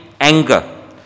anger